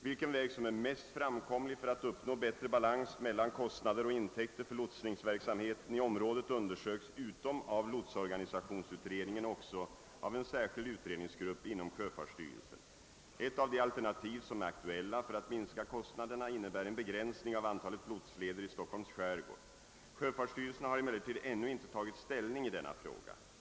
Vilken väg som är mest framkomlig för att uppnå bättre balans mellan kostnader och intäkter för lotsningsverksamheten i området undersöks utom av lotsorganisationsutredningen också av en särskild utredningsgrupp inom sjöfartsstyrelsen. Ett av de alternativ som är aktuella för att minska kostnaderna innebär en begränsning av antalet lotsleder i Stockholms skärgård. Sjöfartsstyrelsen har emellertid ännu inte tagit ställning i denna fråga.